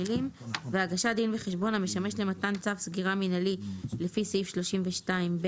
המילים "והגשת דין וחשבון המשמש למתן צו סגירה מינהלי לפי סעיף 32ב"